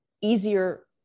easier